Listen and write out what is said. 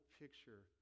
picture